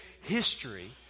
history